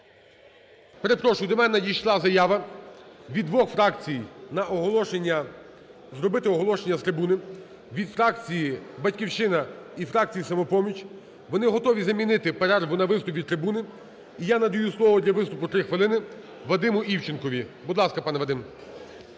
Перепрошую, до мене надійшла заява від двох фракцій на оголошення, зробити оголошення з трибуни від фракції "Батьківщина" і фракції "Самопоміч". Вони готові замінити перерву на виступ від трибуни. І я надаю слово для виступу 3 хвилини Вадиму Івченку. Будь ласка, пане Вадим.